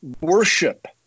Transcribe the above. Worship